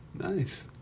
Nice